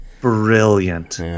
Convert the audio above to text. brilliant